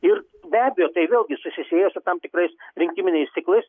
ir be abejo tai vėlgi susisieja su tam tikrais rinkiminiais ciklais